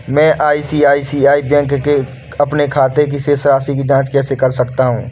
मैं ICICI bank के अपने खाते की शेष राशि की जाँच कैसे कर सकता हूँ?